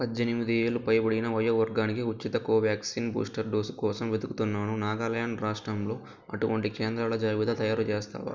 పద్దెనిమిది ఏళ్ళు పైబడిన వయో వర్గానికి ఉచిత కోవ్యాక్సిన్ బూస్టర్ డోసు కోసం వెదుకుతున్నాను నాగాల్యాండ్ రాష్ట్రంలో అటువంటి కేంద్రాల జాబితా తయారుచేస్తావా